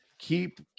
Keep